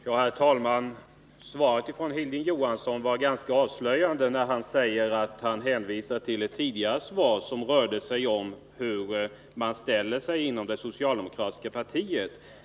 Herr talman! Hilding Johanssons svar var ganska avslöjande när han hänvisade till ett tidigare svar som gällde hur man ställer sig inom det socialdemokratiska partiet.